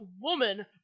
woman